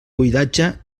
buidatge